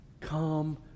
Come